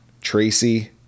Tracy